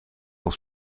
als